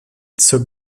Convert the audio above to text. zur